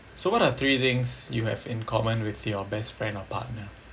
so what are three things you have in common with your best friend or partner